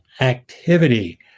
activity